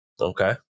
Okay